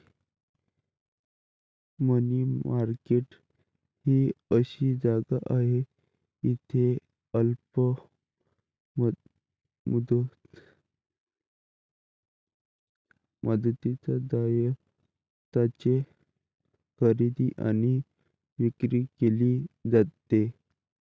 मनी market ही अशी जागा आहे जिथे अल्प मुदतीच्या दायित्वांची खरेदी आणि विक्री केली जाते